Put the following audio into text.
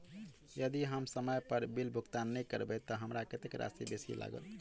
यदि हम समय पर बिल भुगतान नै करबै तऽ हमरा कत्तेक राशि बेसी लागत?